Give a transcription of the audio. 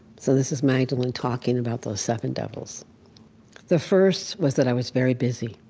so this is magdalene talking about those seven devils the first was that i was very busy.